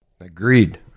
Agreed